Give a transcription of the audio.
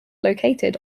located